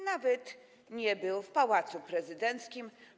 Nawet nie był w Pałacu Prezydenckim.